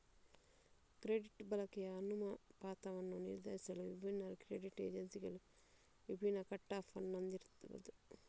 credit ಬಳಕೆಯ ಅನುಪಾತವನ್ನು ನಿರ್ಧರಿಸಲು ವಿಭಿನ್ನ ಕ್ರೆಡಿಟ್ ಏಜೆನ್ಸಿಗಳು ವಿಭಿನ್ನ ಕಟ್ ಆಫ್ ಅನ್ನು ಹೊಂದಿರಬಹುದು